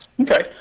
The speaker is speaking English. Okay